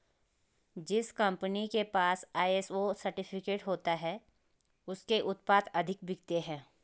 जिस कंपनी के पास आई.एस.ओ सर्टिफिकेट होता है उसके उत्पाद अधिक बिकते हैं